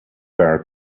bar